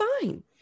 fine